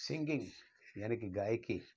singing यानी की गायकी